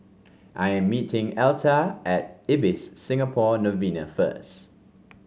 I am meeting Elta at Ibis Singapore Novena first